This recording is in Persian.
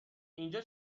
اینجا